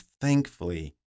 thankfully